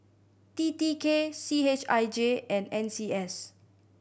T T K C H I J and N C S